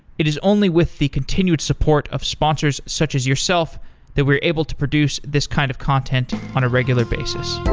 it is only with the continued support of sponsors such as yourself that we're able to produce this kind of content on a regular basis